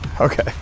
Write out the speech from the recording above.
Okay